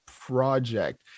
project